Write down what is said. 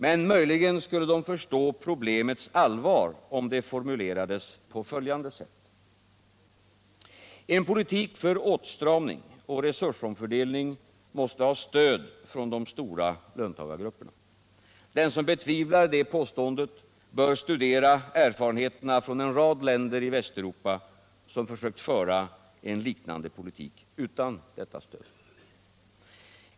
Men möjligen skulle de förstå problemets allvar, om det formulerades på följande sätt: En politik för åtstramning och resursomfördelning måste ha stöd från de stora löntagargrupperna. Den som betvivlar detta påstående bör studera erfarenheterna från en rad länder i Västeuropa som försökt föra en liknande politik utan detta stöd.